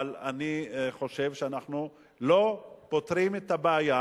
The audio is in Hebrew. אבל אני חושב שאנחנו לא פותרים את הבעיה,